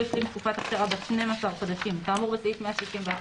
השלים תקופת אכשרה בת 12 חודשים כאמור בסעיף 161,